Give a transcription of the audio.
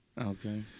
okay